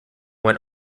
went